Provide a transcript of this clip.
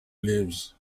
lives